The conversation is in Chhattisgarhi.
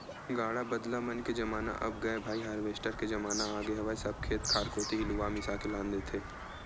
गाड़ा बदला मन के जमाना अब गय भाई हारवेस्टर के जमाना आगे हवय सब खेत खार कोती ही लुवा मिसा के लान देथे